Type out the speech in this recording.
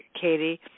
Katie